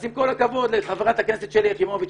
עם כל הכבוד לחברת הכנסת שלי יחימוביץ,